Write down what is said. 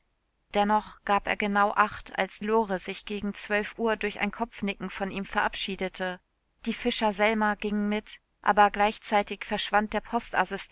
dennoch gab er genau acht als lore sich gegen zwölf uhr durch ein kopfnicken von ihm verabschiedete die fischer selma ging mit aber gleichzeitig verschwand der